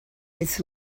its